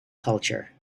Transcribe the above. culture